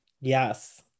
Yes